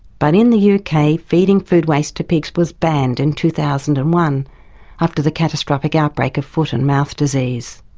but in the yeah uk feeding food waste to pigs was banned in two thousand and one after the catastrophic outbreak of foot and mouth disease.